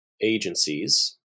agencies